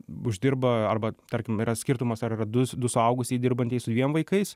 uždirba arba tarkim yra skirtumas ar yra du du suaugusieji dirbantys su dviem vaikais